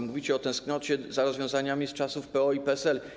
Mówicie o tęsknocie za rozwiązaniami z czasów PO i PSL.